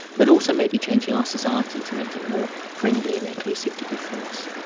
but also maybe changing our society, to make it more friendly and inclusive to difference.